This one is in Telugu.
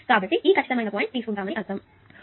కాబట్టి ఈ ఖచ్చితమైన పాయింట్ తీసుకుంటామని చెప్పండి